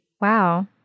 Wow